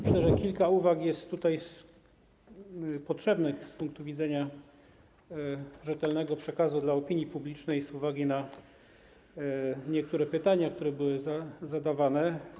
Myślę, że kilka uwag jest potrzebnych z punktu widzenia rzetelnego przekazu dla opinii publicznej, ze względu na niektóre pytania, które były zadawane.